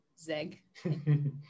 ZEG